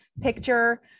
picture